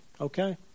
Okay